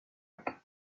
départ